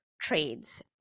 trades